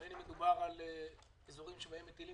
בין אם מדובר על אזורים שבהם מטילים